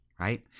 right